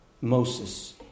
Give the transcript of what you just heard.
Moses